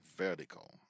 vertical